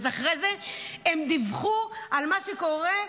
אחרי זה הם דיווחו על מה שקורה,